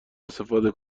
استفاده